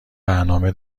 برنامه